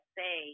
say